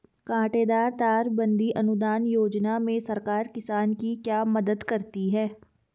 कांटेदार तार बंदी अनुदान योजना में सरकार किसान की क्या मदद करती है?